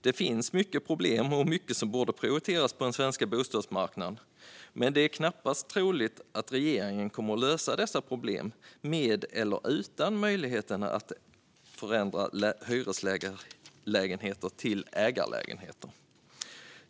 Det finns många problem och mycket som borde prioriteras på den svenska bostadsmarknaden, men det är knappast troligt att regeringen kommer att lösa dessa problem med eller utan möjligheten att förändra hyreslägenheter till ägarlägenheter.